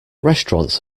restaurants